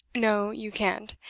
no, you can't.